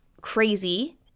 crazy